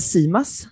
Simas